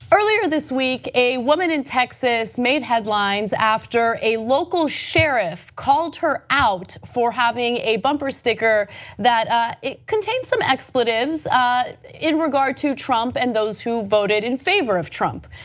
earlier this week a woman in texas made headlines after a local sheriff called her out for having a bumper sticker that contained some expletives in regard to trump and those who voted in favor of trump.